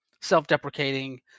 self-deprecating